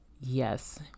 yes